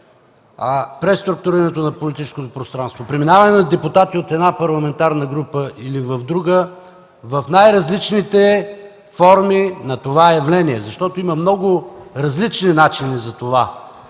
преструктурирането на политическото пространство – преминаване на депутати от една парламентарна група в друга, в най-различните форми на това явление. Има много различни начини за това.